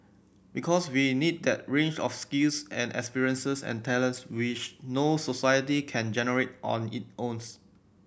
because we'll need that range of skills and experiences and talents which no society can generate on it owns